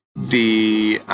the